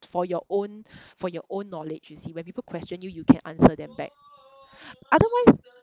for your own for your own knowledge you see when people question you you can answer them back otherwise